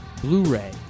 Blu-ray